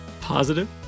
Positive